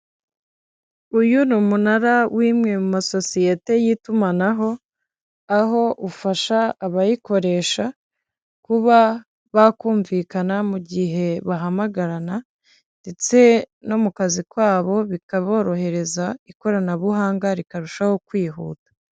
Uyu ni umunara w'imwe mu masosiyete y'itumanaho, aho ufasha abayikoresha kuba bakumvikana mu gihe bahamagarana ndetse no mu kazi kabo bikaborohereza, ikoranabuhanga rikarushaho kwihuta.